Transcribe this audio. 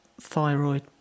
thyroid